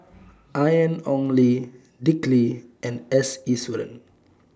Ian Ong Li Dick Lee and S Iswaran